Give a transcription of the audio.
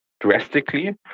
drastically